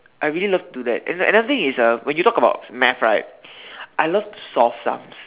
I really love to do that and another thing is uh when you talk about math right I love to solve stuff